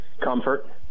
Comfort